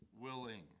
willing